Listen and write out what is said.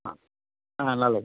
ஆ ஆ நல்லது